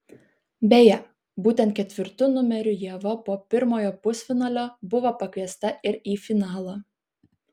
beje būtent ketvirtu numeriu ieva po pirmojo pusfinalio buvo pakviesta ir į finalą